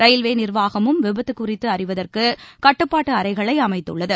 railway நிர்வாகமும் விபத்து குறித்து அறிவதற்கு கட்டுப்பாட்டு அறைகளை அமைத்துள்ளது